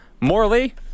Morley